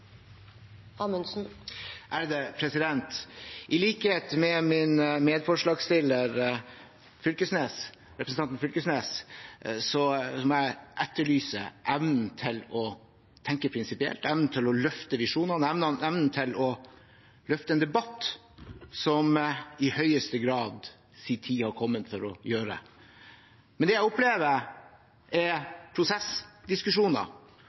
I likhet med min medforslagsstiller, representanten Knag Fylkesnes, må jeg etterlyse evnen til å tenke prinsipielt, evnen til å løfte visjonene, evnen til å løfte en debatt der tiden i høyeste grad har kommet for å gjøre det. Men det jeg opplever,